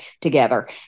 together